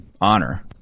honor